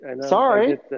sorry